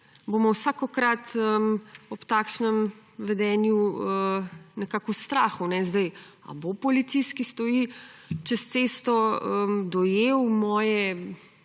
bomo vsakokrat ob takšnem vedenju nekako v strahu, ali bo policist, ki stoji čez cesto, dojel moje